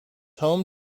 home